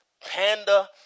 panda